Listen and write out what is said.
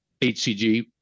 HCG